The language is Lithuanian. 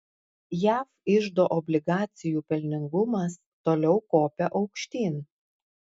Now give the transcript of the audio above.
jav iždo obligacijų pelningumas toliau kopia aukštyn